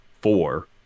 four